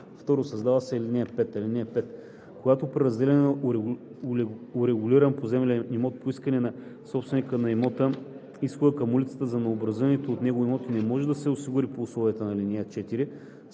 2. Създава се ал. 5: „(5) Когато при разделяне на урегулиран поземлен имот по искане на собственика на имота изходът към улица за новообразуваните от него имоти не може да се осигури при условията на ал. 4,